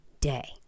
day